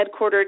headquartered